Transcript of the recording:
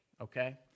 okay